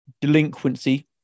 delinquency